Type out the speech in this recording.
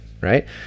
right